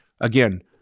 again